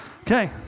Okay